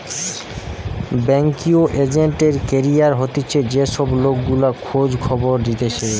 banking agent এর career হতিছে যে সব লোক গুলা খোঁজ খবর দিতেছে